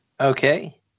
Okay